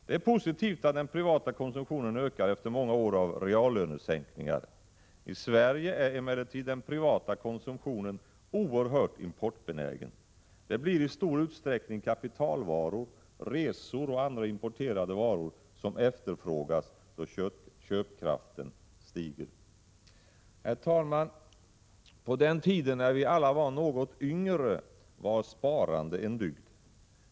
Det är positivt att den privata konsumtionen ökar efter många år av reallönesänkningar. I Sverige är emellertid den privata konsumtionen oerhört importbenägen. Det blir i stor utsträckning kapitalvaror, resor och andra importerade varor som efterfrågas då köpkraften stiger. Herr talman! På den tiden när vi alla var något yngre var sparande en dygd.